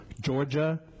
Georgia